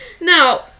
Now